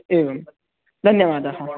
एवं धन्यवादः